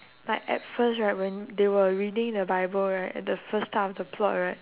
like at first right when they were reading the bible right at the first half of the plot right